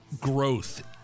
growth